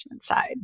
side